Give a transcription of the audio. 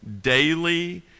daily